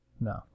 no